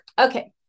Okay